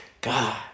God